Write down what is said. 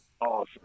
awesome